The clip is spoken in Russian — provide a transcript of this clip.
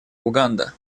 уганда